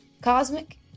cosmic